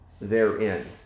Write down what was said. therein